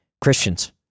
Christians